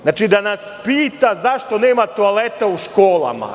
Znači, da nas pita zašto nema toaleta u školama?